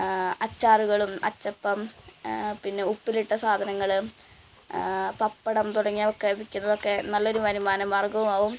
അച്ചാറുകളും അച്ചപ്പം പിന്നെ ഉപ്പിലിട്ട സാധനങ്ങൾ പപ്പടം തുടങ്ങിയതൊക്കെ വിൽക്കുന്നതൊക്കെ നല്ലൊരു വരുമാന മാര്ഗവുമാവും